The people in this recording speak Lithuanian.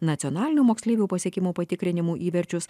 nacionalinių moksleivių pasiekimų patikrinimų įverčius